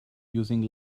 using